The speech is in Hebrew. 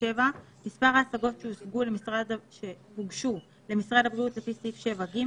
מספר ההשגות שהוגשו למשרד הבריאות לפי סעיף 7(ג),